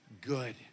good